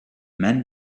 men